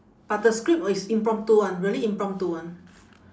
but the script is impromptu [one] really impromptu [one]